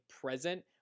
present